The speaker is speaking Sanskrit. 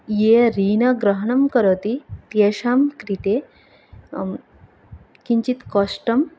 ये ऋणग्रहणं करोति तेषां कृते किञ्चित् कष्टं